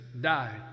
died